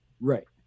Right